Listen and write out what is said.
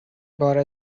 بار